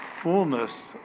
fullness